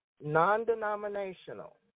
non-denominational